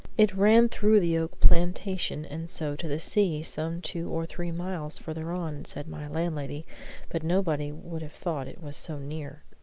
it ran through the oak plantation and so to the sea, some two or three miles further on, said my landlady but nobody would have thought it was so near.